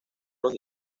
los